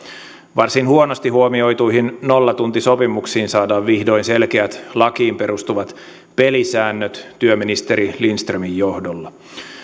varsin huonosti huomioituihin nollatuntisopimuksiin saadaan vihdoin selkeät lakiin perustuvat pelisäännöt työministeri lindströmin johdolla